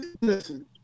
listen